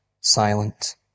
silent